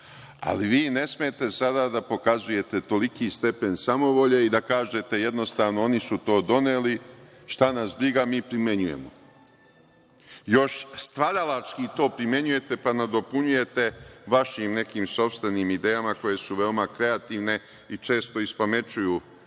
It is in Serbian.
Ali, vi ne smete sada da pokazujete toliki stepen samovolje i da kažete jednostavno oni su to jednostavno doneli, šta nas briga, mi primenjujemo. Još stvaralački to primenjujete, pa nadopunjujete vašim nekim sopstvenim idejama koje su veoma kreativne, i često ispamećuju